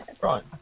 Right